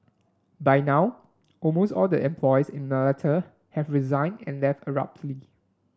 by now almost all the employee in Malta have resigned and left abruptly